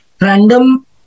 random